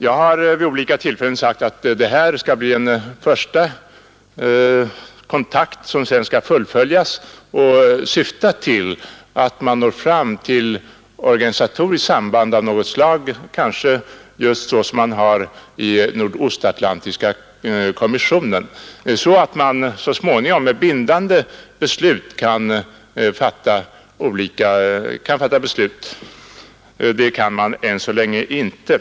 Jag har vid olika tillfällen sagt att det här skall bli en första kontakt, som sedan skall fullföljas och syfta till att man når fram till organisatoriskt samband av något slag, kanske på samma sätt som i Nordostatlantiska kommissionen, så att man så småningom med bindande verkan kan fatta beslut. Det kan man än så länge inte.